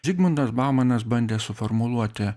zigmundas baumanas bandė suformuluoti